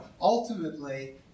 Ultimately